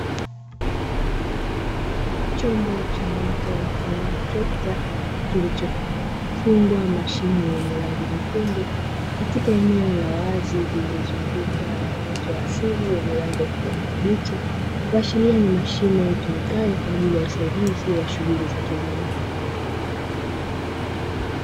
Chombo cha moto mfano wa trekta kilicho fungwa mashine yenye rangi nyekundu, katika eneo la wazi lililozungukwa na uoto wa asili wenye rangi ya kijani kibichi, kuashiria ni mashine itumikayo kwa ajili ya usaidizi wa shughuli za kilimo.